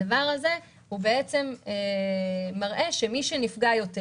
זה מראה שמי שנפגע יותר